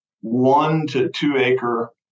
one-to-two-acre